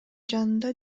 жанында